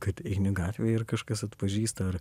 kad eini gatvėj ir kažkas atpažįsta ar